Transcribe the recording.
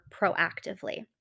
proactively